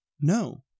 No